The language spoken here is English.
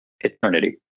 eternity